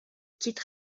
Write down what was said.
quitte